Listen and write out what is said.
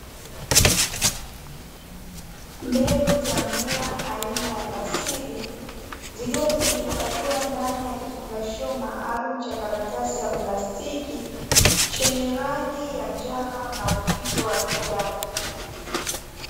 Mbegu za mmea aina ya basili, zikiwa zimehifadhiwa ndani ya kifungashio maalumu cha karatasi ya plastiki, chenye rangi ya njano na ufito wa kijani.